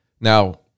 Now